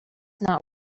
not